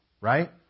right